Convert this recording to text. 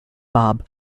bob